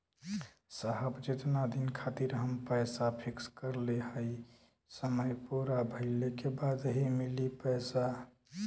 साहब जेतना दिन खातिर हम पैसा फिक्स करले हई समय पूरा भइले के बाद ही मिली पैसा?